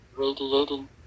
radiating